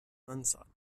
unsought